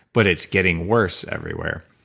but it's getting worse everywhere.